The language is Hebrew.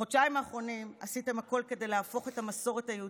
בחודשיים האחרונים עשיתם הכול כדי להפוך את המסורת היהודית,